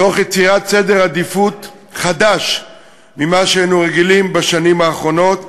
תוך יצירת סדר עדיפויות חדש לעומת מה שהיינו רגילים לו בשנים האחרונות.